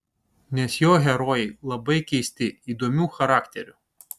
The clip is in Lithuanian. nes jo herojai labai keisti įdomių charakterių